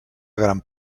gran